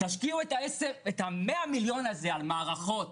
תשקיעו את המאה מיליון הזה על מערכות,